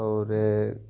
और